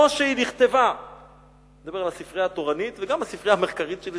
אני מדבר על הספרייה התורנית וגם הספרייה המחקרית שלי,